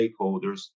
stakeholders